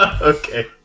okay